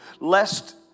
Lest